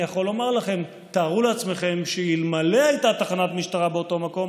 יכול לומר לכם: תארו לכם שאלמלא הייתה תחנת משטרה באותו מקום,